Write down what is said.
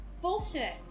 Bullshit